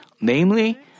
namely